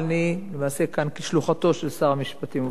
אבל אני למעשה כאן כשלוחתו של שר המשפטים.